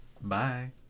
Bye